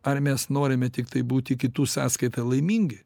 ar mes norime tiktai būti kitų sąskaita laimingi